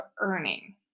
earning